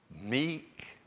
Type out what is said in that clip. meek